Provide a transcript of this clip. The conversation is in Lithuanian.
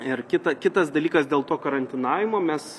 ir kita kitas dalykas dėl to karantinavimo mes